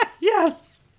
Yes